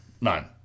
None